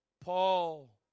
Paul